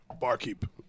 Barkeep